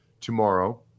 tomorrow